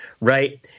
right